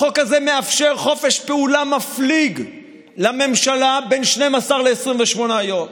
החוק הזה מאפשר חופש פעולה מפליג לממשלה בין 12 28 ימים,